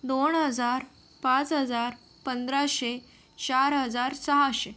दोन हजार पाच हजार पंधराशे चार हजार सहाशे